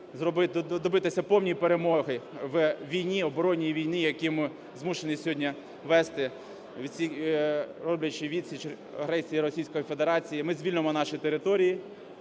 добитися повної перемоги у війні, в оборонній війні, яку ми змушені сьогодні вести, роблячи відсіч агресії Російської Федерації. Ми звільнимо наші території